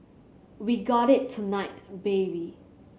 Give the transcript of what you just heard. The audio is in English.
we got it tonight baby